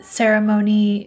ceremony